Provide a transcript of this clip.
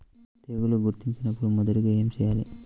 తెగుళ్లు గుర్తించినపుడు మొదటిగా ఏమి చేయాలి?